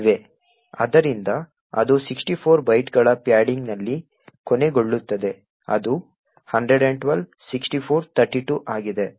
ಇವೆ ಆದ್ದರಿಂದ ಅದು 64 ಬೈಟ್ಗಳ ಪ್ಯಾಡಿಂಗ್ನಲ್ಲಿ ಕೊನೆಗೊಳ್ಳುತ್ತದೆ ಅದು 112 64 32 ಆಗಿದೆ